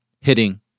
hitting